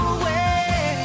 away